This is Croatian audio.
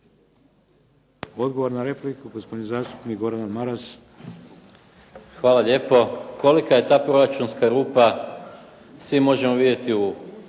Odgovor na repliku, gospodin zastupnik Gordan Maras. **Maras, Gordan (SDP)** Hvala lijepo. Kolika je ta proračunska rupa, svi možemo vidjeti u